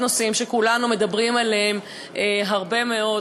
אם זה בעוד נושאים שכולנו מדברים עליהם הרבה מאוד,